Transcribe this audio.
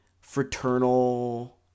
fraternal